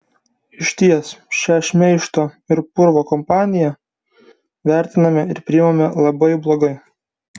išties šią šmeižto ir purvo kampaniją vertiname ir priimame labai blogai